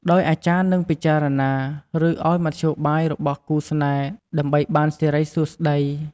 ដោយអាចារ្យនឹងពិចារណា ឬឲ្យមធ្យោបាយរបស់គូស្នេហ៍ ដើម្បីបានសិរីសួស្តី។